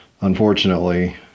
unfortunately